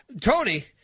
Tony